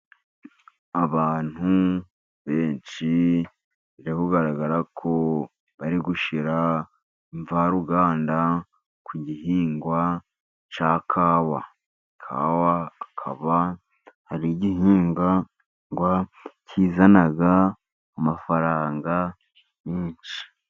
Abantu benshi biri kugaragara ko bari gushyira imvaruganda ku gihingwa cya kawa. Kawa akaba ari igihingwa kizana amafaranga menshi.